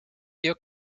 dio